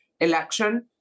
election